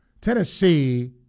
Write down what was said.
Tennessee